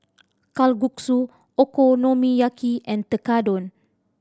Kalguksu Okonomiyaki and Tekkadon